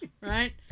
right